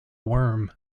worm